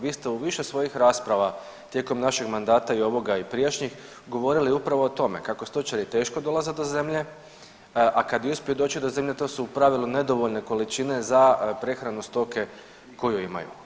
Vi ste u više svojih rasprava tijekom našeg mandata i ovoga i prijašnjih govorili upravo o tome kako stočari teško dolaze do zemlje, a kad i uspiju doći do zemlje to su u pravilu nedovoljne količine za prehranu stoke koju imaju.